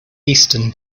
eastern